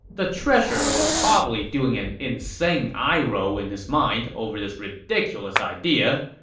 the treasurer was probably doing an insane eyeroll in his mind over this ridiculous idea,